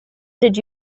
did